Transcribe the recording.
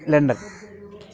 London